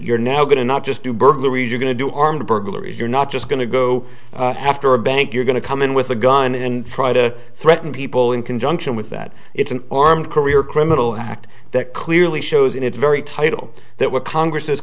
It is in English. you're now going to not just do burglary you're going to do armed burglary you're not just going to go after a bank you're going to come in with a gun and try to threaten people in conjunction with that it's an armed career criminal act that clearly shows in its very title that what congress